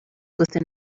within